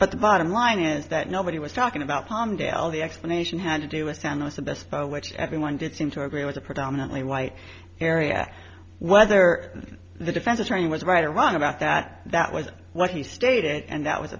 but the bottom line is that nobody was talking about palmdale the explanation had to do was timeless the best which everyone did seem to agree was a predominantly white area whether the defense attorney was right or wrong about that that was what he stated and that was